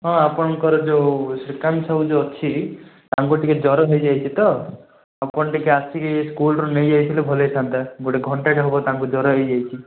ହଁ ଆପଣଙ୍କର ଯେଉଁ ଶ୍ରୀକାନ୍ତ ସାହୁ ଯେଉଁ ଅଛି ତାଙ୍କୁ ଟିକେ ଜର ହେଇଯାଇଛି ତ ଆପଣ ଟିକେ ଆସିକି ସ୍କୁଲରୁ ନେଇଯାଇଥିଲେ ଭଲ ହେଇଥାନ୍ତା ଗୋଟେ ଘଣ୍ଟାଟେ ହେବ ତାଙ୍କୁ ଜର ହେଇଯାଇଛି